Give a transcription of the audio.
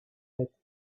lit